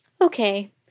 okay